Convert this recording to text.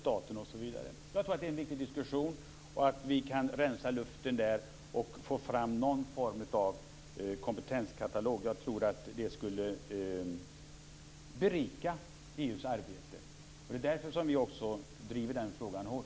Jag tror att det är en viktig diskussion och att det är viktigt att vi kan rensa luften där och få fram någon form av kompetenskatalog. Jag tror att det skulle berika EU:s arbete. Det är därför som vi också driver den frågan hårt.